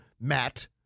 Matt